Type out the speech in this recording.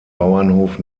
bauernhof